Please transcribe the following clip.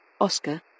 Oscar